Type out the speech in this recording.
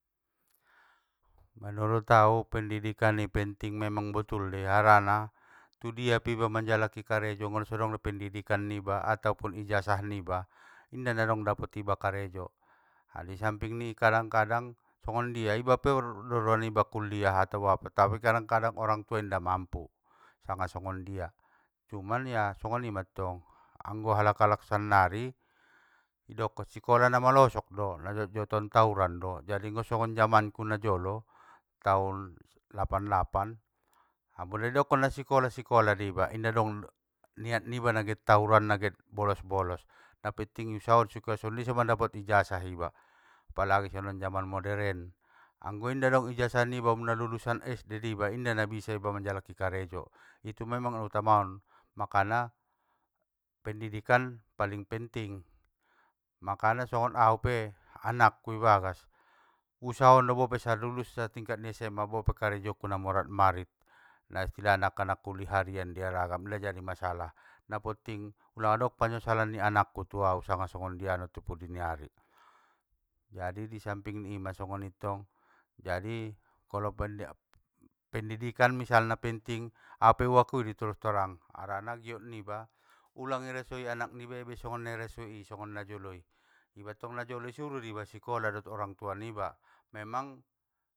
Manurut au pendidikani penting, memang botul dei harana, tudia pe iba manjaliki karejo anggo naso adong do pendidikan niba atopun ijasah niba, inda nadong dapot iba karejo, ha di sampingi kadang kadang songondia, iba pe kadang kadang pordo roa niba kuliah atau apa, tapi kadang kadang orangtua inda mampu sanga songondia. Cuman ya, songoni matong anggo halak halak sannari, idokon sikola namalosok do, najotjoton tawuran do, jadi anggo songon jamanku najolo, taon lapan lapan, a pula idokon nasikola, sikola dibai, inda dong niat niba naget tawuran naget bolos bolos, na petting iusaha on sikola sondia so mandapot ijasah iba, apalagi songon jaman moderen anggo inda dong ijasah niba um lulusan SD doiba, inda nabisa iba manjaliki karejo, itu memang diutama on, makana paling penting makana songon aupe, anakku ibagas, usaha on bope sa lulusna tingkat SMA bopena karejoku na morat marit, istilahnakan na kuli harian diaragam ngga jadi masalah, napotting ulang adong panyosalan ni anakku tu au sanga songondia tu pudini ari, jadi disampingni ima songoni tong, jadi kolo pen- pendidikan misalna penting, aupe ua kui dei torus torang, harana giot niba ulang irasoi anak nibai be songon nau rasoi i, iba tong najolo isuru do iba sikkola dot orang tua niba, memang.